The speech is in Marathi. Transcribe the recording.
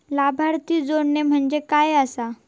लाभार्थी जोडणे म्हणजे काय आसा?